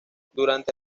durante